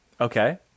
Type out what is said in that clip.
Okay